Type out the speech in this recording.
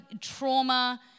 trauma